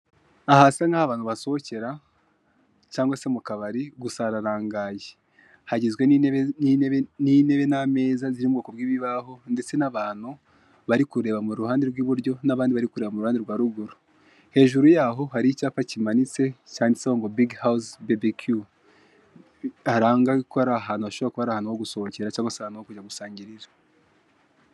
Ahasa n'aho abantu basohokera cyangwa se mu kabari, gusa hararangaye, hagizwe n'intebe n'ameza ziri m'ubwoko bw'ibibaho, ndetse n'abantu bari kureba mu ruhande rw'iburyo n'abandi bareba mu ruhande rwa ruguru ,hejuru y'aho hari icyapa kimanitse cyanditseho big house BBQ, haranga ko hari ahantu hashobora kuba hari ahantu ho gusohokera cyangwa aho kujya gusangirira.